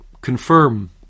confirm